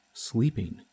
sleeping